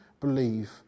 believe